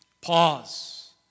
Pause